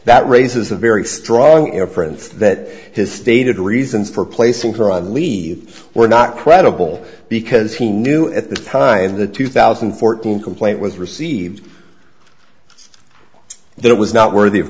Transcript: that raises a very strong air prints that his stated reasons for placing her on leave were not credible because he knew at the time the two thousand and fourteen complaint was received that was not worthy of